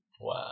Wow